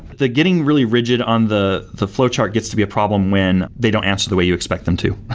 the getting really rigid on the the flowchart gets to be a problem when they don't answer the way you expect them to,